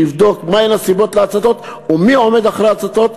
שיבדוק מה הן הסיבות להצתות ומי עומד מאחורי ההצתות,